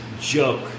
joke